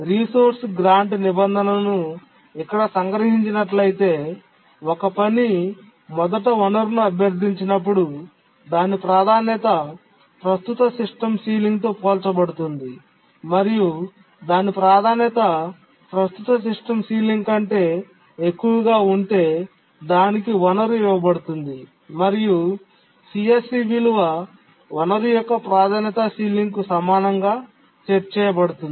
resource grant నిబంధనను ఇక్కడ సంగ్రహించినట్లయితే ఒక పని మొదట వనరును అభ్యర్థించినప్పుడు దాని ప్రాధాన్యత ప్రస్తుత సిస్టమ్ సీలింగ్తో పోల్చబడుతుంది మరియు దాని ప్రాధాన్యత ప్రస్తుత సిస్టమ్ సీలింగ్ కంటే ఎక్కువగా ఉంటే దానికి వనరు ఇవ్వబడుతుంది మరియు CSC విలువ వనరు యొక్క ప్రాధాన్యత సీలింగ్కు సమానంగా సెట్ చేయబడుతుంది